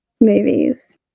movies